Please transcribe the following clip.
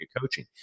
coaching